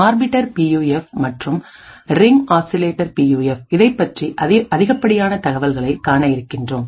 orbiter PUF மற்றும் ring oscillator P U F இதைப்பற்றி அதிகப்படியான தகவல்களை காண இருக்கின்றோம்